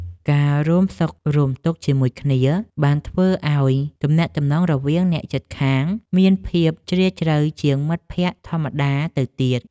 ការរួមសុខរួមទុក្ខជាមួយគ្នា បានធ្វើឱ្យទំនាក់ទំនងរវាងអ្នកជិតខាងមានភាពជ្រាលជ្រៅជាងមិត្តភក្តិធម្មតាទៅទៀត។